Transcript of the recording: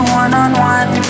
one-on-one